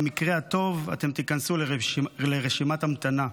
במקרה הטוב אתם תיכנסו לרשימת המתנה.